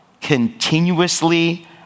continuously